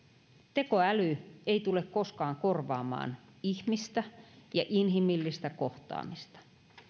tekoäly ei tule koskaan korvaamaan ihmistä ja inhimillistä kohtaamista